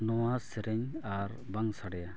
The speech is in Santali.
ᱱᱚᱣᱟ ᱥᱮᱨᱮᱧ ᱟᱨ ᱵᱟᱝ ᱥᱟᱰᱮᱭᱟ